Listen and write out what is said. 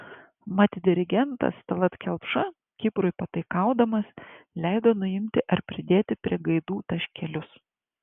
mat dirigentas tallat kelpša kiprui pataikaudamas leido nuimti ar pridėti prie gaidų taškelius